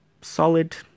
solid